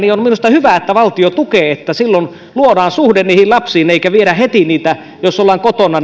on minusta hyvä että valtio tukee sitä että silloin luodaan suhde niihin lapsiin eikä viedä heti heitä päivähoitoon jos ollaan kotona